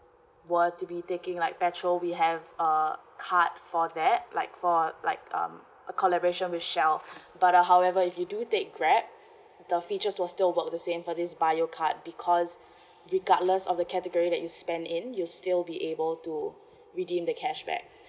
were to be taking like petrol we have a card for that like for like um a collaboration with shell but uh however if you do you take grab the features will still work the same for this bio card because regardless of the category that you spend in you still be able to redeem the cashback